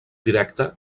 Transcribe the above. directe